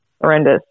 horrendous